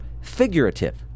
figurative